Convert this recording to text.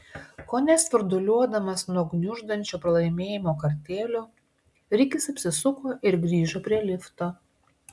kone svirduliuodamas nuo gniuždančio pralaimėjimo kartėlio rikis apsisuko ir grįžo prie lifto